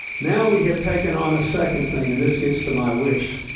now we have taken on a second thing, and this gets to my wish.